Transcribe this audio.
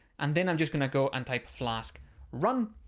and then i'm just going to go and type flask run.